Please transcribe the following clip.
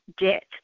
debt